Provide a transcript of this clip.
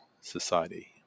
society